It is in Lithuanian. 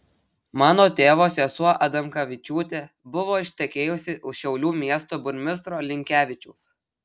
mano tėvo sesuo adamkavičiūtė buvo ištekėjusi už šiaulių miesto burmistro linkevičiaus